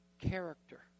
character